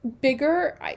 bigger